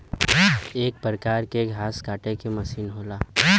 एक परकार के घास काटे के मसीन होला